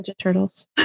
Turtles